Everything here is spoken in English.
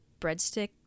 breadstick